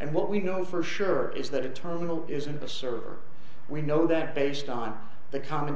and what we know for sure is that a terminal isn't a server we know that based on the com